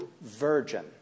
virgin